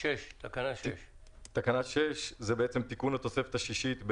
תקנה 6. תקנה 6 זה תיקון לתוספת השישית,